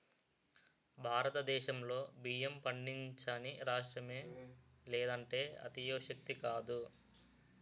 భారతదేశంలో బియ్యం పండించని రాష్ట్రమే లేదంటే అతిశయోక్తి కాదు